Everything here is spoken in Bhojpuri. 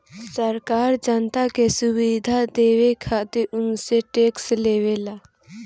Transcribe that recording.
सरकार जनता के सुविधा देवे खातिर उनसे टेक्स लेवेला